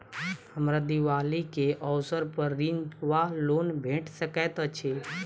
हमरा दिपावली केँ अवसर पर ऋण वा लोन भेट सकैत अछि?